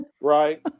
Right